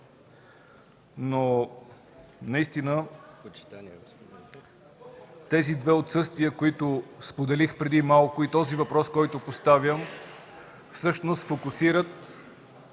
нападки, но тези две отсъствия, които споделих преди малко, и този въпрос, който поставям, всъщност фокусират